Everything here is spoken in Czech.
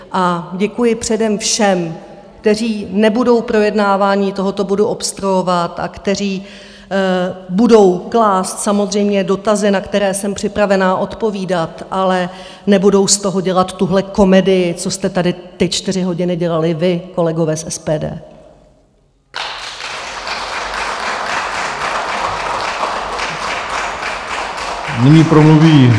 A děkuji předem všem, kteří nebudou projednávání tohoto bodu obstruovat a kteří budou klást samozřejmě dotazy, na které jsem připravená odpovídat, ale nebudou z toho dělat tuhle komedii, co jste tady ty čtyři hodiny dělali vy, kolegové z SPD.